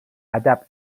ادب